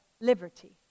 liberty